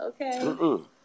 Okay